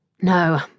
No